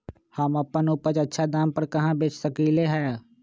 हम अपन उपज अच्छा दाम पर कहाँ बेच सकीले ह?